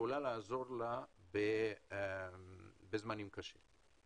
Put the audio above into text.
שיכולה לעזור לה בזמנים קשים.